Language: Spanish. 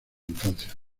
infancia